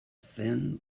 thin